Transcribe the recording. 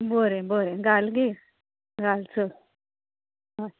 बरें बरें घाल गे घाल चल आं